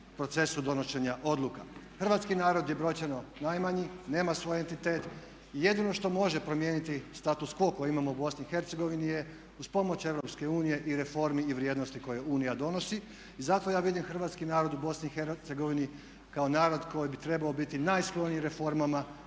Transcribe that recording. Hrvatski narod je brojčano najmanji, nema svoj entitet i jedi što može promijeniti status quo koji imamo u Bosni i Hercegovini je uz pomoć Europske unije i reformi i vrijednosti koje unija donosi. I zato ja vidim hrvatski narod u Bosni i Hercegovini kao narod koji bi trebao biti najskloniji reformama